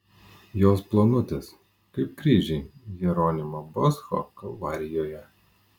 jos plonutės kaip kryžiai jeronimo boscho kalvarijoje